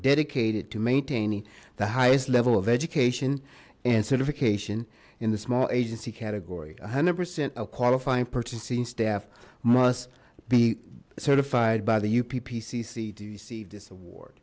dedicated to maintaining the highest level of education and certification in the small agency category a hundred percent a qualifying purchasing staff must be certified by the upp cc to receive this award